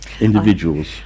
individuals